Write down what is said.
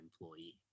employee